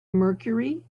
mercury